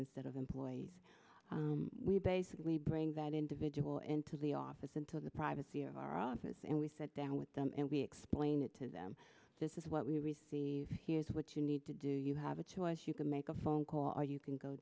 instead of employees we basically bring that individual into the office into the privacy of our office and we sat down with them and we explained it to them this is what we receive here's what you need to do you have a choice you can make a phone call or you can go